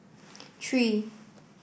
three